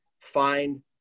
find